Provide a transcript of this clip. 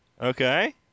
Okay